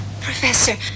Professor